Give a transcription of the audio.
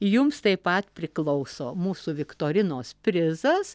jums taip pat priklauso mūsų viktorinos prizas